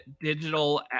digital